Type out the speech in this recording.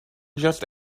just